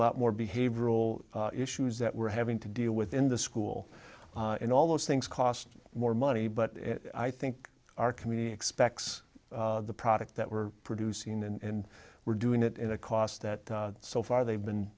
lot more behavioral issues that we're having to deal with in the school and all those things cost more money but i think our community expects the product that we're producing and we're doing it in a cost that so far they've been